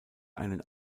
einen